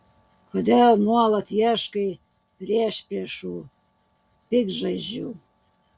kodėl nuolat ieškai priešpriešų piktžaizdžių